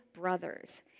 brothers